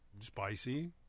Spicy